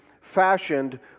fashioned